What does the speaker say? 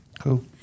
Cool